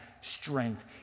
strength